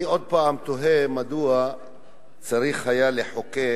אני עוד פעם תוהה מדוע צריך היה לחוקק